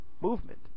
movement